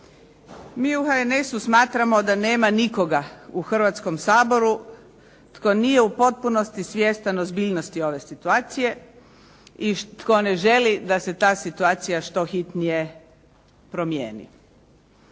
Mi u HNS-u smatramo da nema nikoga u Hrvatskom saboru tko nije u potpunosti svjestan ozbiljnosti ove situacije i tko ne želi da se ta situacija što hitnije promijeni.